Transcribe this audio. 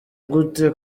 gute